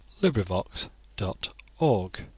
LibriVox.org